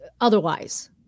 otherwise